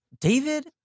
David